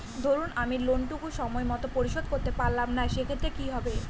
ধরুন আমি লোন টুকু সময় মত পরিশোধ করতে পারলাম না সেক্ষেত্রে কি হবে?